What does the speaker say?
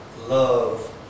love